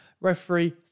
referee